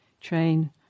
train